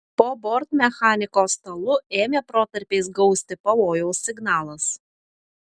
po bortmechaniko stalu ėmė protarpiais gausti pavojaus signalas